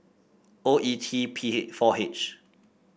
O E T P four H